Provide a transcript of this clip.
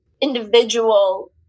individual